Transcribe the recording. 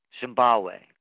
Zimbabwe